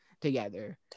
together